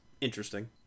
interesting